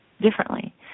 differently